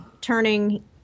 turning